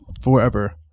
forever